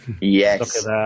yes